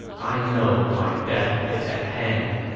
i know my death is at hand.